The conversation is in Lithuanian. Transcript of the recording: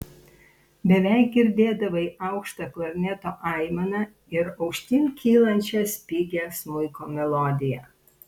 beveik girdėdavai aukštą klarneto aimaną ir aukštyn kylančią spigią smuiko melodiją